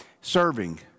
serving